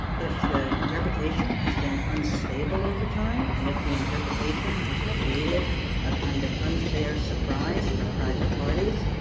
if the interpretation has been unstable over time and if the interpretation has created a kind of unfair surprise for private parties,